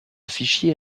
fichier